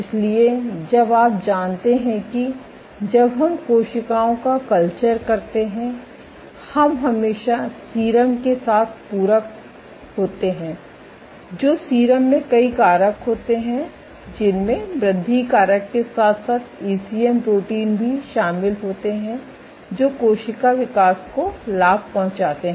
इसलिए जब आप जानते हैं कि जब हम कोशिकाएं का कल्चर करते है हम हमेशा सीरम के साथ पूरक होते हैं तो सीरम में कई कारक होते हैं जिनमें वृद्धि कारक के साथ साथ ईसीएम प्रोटीन भी शामिल होते हैं जो कोशिका विकास को लाभ पहुंचाते हैं